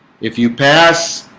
if you pass